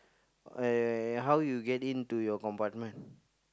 I how you get into your compartment